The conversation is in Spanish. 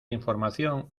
información